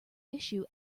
issue